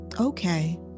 okay